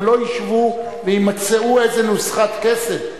הם לא ישבו וימצאו איזה נוסחת קסם.